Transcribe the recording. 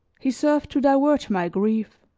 he served to divert my grief